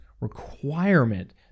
requirement